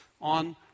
on